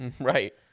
Right